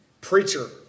preacher